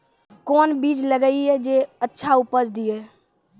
कोंन बीज लगैय जे अच्छा उपज दिये?